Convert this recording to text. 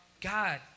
God